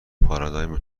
پارادایم